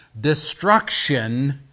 destruction